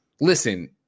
listen